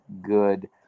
good